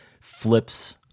flips